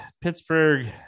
pittsburgh